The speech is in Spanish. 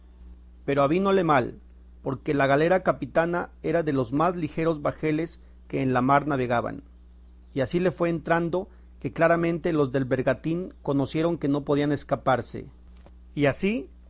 pero avínole mal porque la galera capitana era de los más ligeros bajeles que en la mar navegaban y así le fue entrando que claramente los del bergantín conocieron que no podían escaparse y así